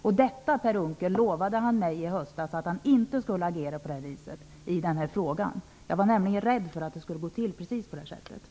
I höstas lovade Per Unckel mig att han inte skulle agera på det viset i den här frågan. Jag var nämligen rädd för att det skulle gå till precis på det här sättet.